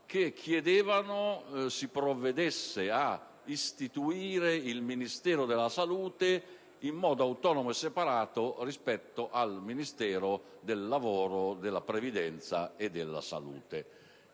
che chiedevano si provvedesse ad istituire il Ministero della salute in modo autonomo e separato rispetto al Ministero del lavoro, della previdenza e della salute.